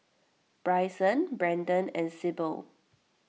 Bryson Branden and Syble